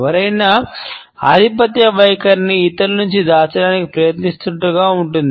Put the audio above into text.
ఎవరైనా ఆధిపత్య వైఖరిని ఇతరుల నుండి దాచడానికి ప్రయత్నిస్తున్నట్లుగా ఉంది